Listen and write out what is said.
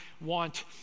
want